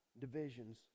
divisions